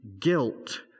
guilt